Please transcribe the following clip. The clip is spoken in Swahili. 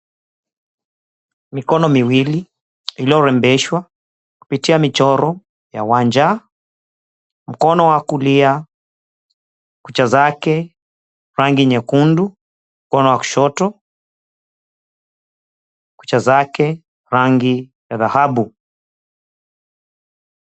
Mikono miwili iliyorembeshwa, kupitia michoro ya wanja, mkono wa kulia kucha zake rangi nyekundu, mkono wa kushoto kucha zake rangi ya dhahabu.